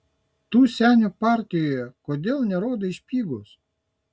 tu senių partijoje kodėl nerodai špygos